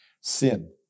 sin